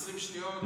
20 שניות.